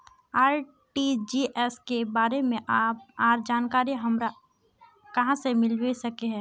RTGS के बारे में आर जानकारी हमरा कहाँ से मिलबे सके है?